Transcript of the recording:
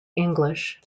english